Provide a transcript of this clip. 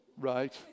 right